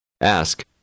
Ask